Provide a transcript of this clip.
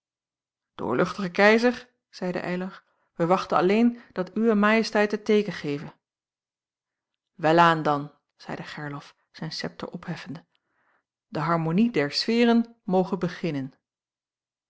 doorluchtige keizer zeide eylar wij wachten alleen dat uwe majesteit het teeken geve welaan dan zeide gerlof zijn septer opheffende de harmonie der sfeeren moge beginnen